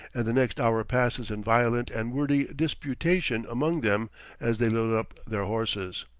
and the next hour passes in violent and wordy disputation among them as they load up their horses.